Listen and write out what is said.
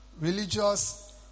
religious